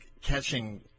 catching